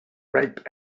ripe